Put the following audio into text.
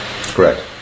Correct